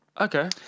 Okay